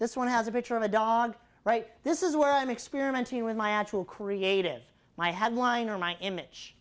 this one has a picture of a dog right this is where i'm experimenting with my actual creative my headliner my image